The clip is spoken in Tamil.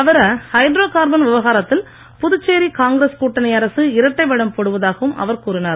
தவிர ஹைட்ரோ கார்பன் விவகாரத்தில் புதுச்சேரி காங்கிரஸ் கூட்டணி அரசு இரட்டை வேடம் போடுவதாகவும் அவர் கூறினார்